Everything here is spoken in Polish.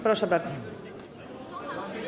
Proszę bardzo.